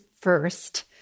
first